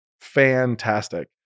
fantastic